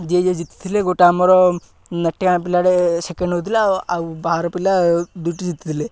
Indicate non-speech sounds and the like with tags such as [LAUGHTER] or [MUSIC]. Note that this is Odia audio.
ଯିଏ ଯିଏ ଜିତିଥିଲେ ଗୋଟେ ଆମର [UNINTELLIGIBLE] ପିଲାଟେ ସେକେଣ୍ଡ ହେଇଥିଲା ଆଉ ବାହାର ପିଲା ଦୁଇଟି ଜିତିଥିଲେ